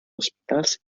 hospitals